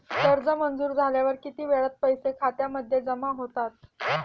कर्ज मंजूर झाल्यावर किती वेळात पैसे खात्यामध्ये जमा होतात?